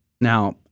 Now